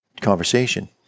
conversation